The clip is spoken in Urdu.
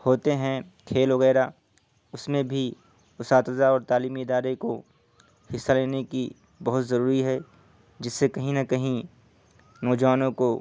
ہوتے ہیں کھیل وغیرہ اس میں بھی اساتذہ اور تعلیمی ادارے کو حصہ لینے کی بہت ضروری ہے جس سے کہیں نہ کہیں نوجوانوں کو